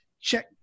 check